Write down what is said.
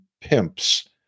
pimps